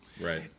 Right